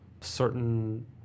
certain